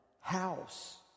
House